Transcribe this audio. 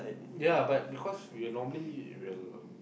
ya but because we normally will